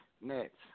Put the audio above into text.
Next